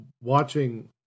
watching